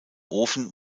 ofen